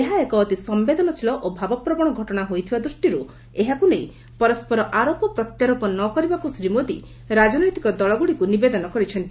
ଏହା ଏକ ଅତି ସମ୍ପେଦନଶୀଳ ଓ ଭାବପ୍ରବଣ ଘଟଣା ହୋଇଥିବା ଦୃଷ୍ଟିରୁ ଏହାକୁ ନେଇ ପରସ୍କର ପ୍ରତି ଆରୋପ ପ୍ରତ୍ୟାରୋପ ନ କରିବାକୁ ଶ୍ରୀ ମୋଦି ରାଜନୈତିକ ଦଳଗୁଡ଼ିକୁ ନିବେଦନ କରିଛନ୍ତି